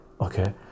okay